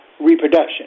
reproduction